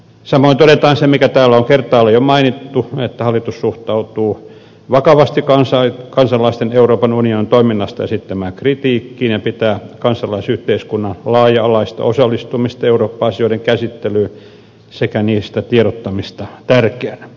samoin todetaan se mikä täällä on kertaalleen jo mainittu että hallitus suhtautuu vakavasti kansalaisten euroopan unionin toiminnasta esittämään kritiikkiin ja pitää kansalaisyhteiskunnan laaja alaista osallistumista eurooppa asioiden käsittelyyn sekä niistä tiedottamista tärkeänä